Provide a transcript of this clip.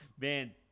Man